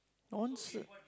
nonsense